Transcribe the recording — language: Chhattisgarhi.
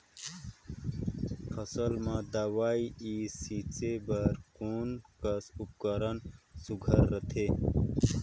फसल म दव ई छीचे बर कोन कस उपकरण सुघ्घर रथे?